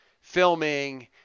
filming